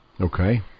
Okay